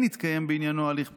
וכן התקיים בענייננו הליך פלילי,